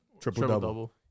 Triple-double